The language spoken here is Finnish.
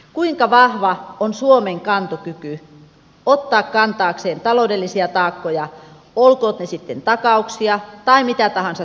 kuinka vahva kun suomen kantokyky ottaa kantaakseen taloudellisia taakkoja olkoot ne sitten takauksia tai mikä tahansa